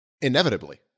inevitably